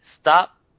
Stop